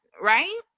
right